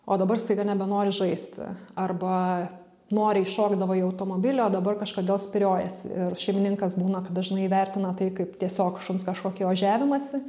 o dabar staiga nebenori žaisti arba noriai šokdavo į automobilį o dabar kažkodėl spyriojasi ir šeimininkas būna kad dažnai įvertina tai kaip tiesiog šuns kažkokį ožiavimąsi